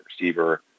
receiver